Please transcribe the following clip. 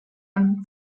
and